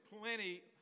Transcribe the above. plenty